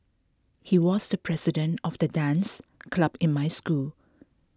he was the president of the dance club in my school